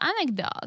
anecdote